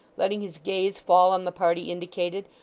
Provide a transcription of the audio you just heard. letting his gaze fall on the party indicated,